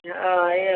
हँ एह